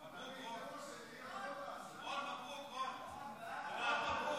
חוק הבנקאות (רישוי)